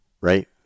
right